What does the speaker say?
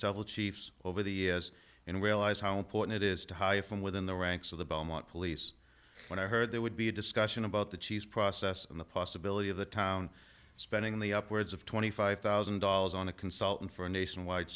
several chiefs over the as and realize how important it is to hire from within the ranks of the belmont police when i heard there would be a discussion about the cheese process and the possibility of the town spending the upwards of twenty five thousand dollars on a consultant for a nationwide